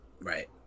Right